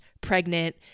pregnant